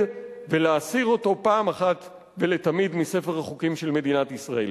ולהסיר אותו אחת ולתמיד מספר החוקים של מדינת ישראל.